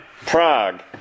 Prague